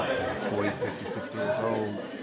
you know, forty, fifty, sixty years old,